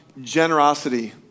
generosity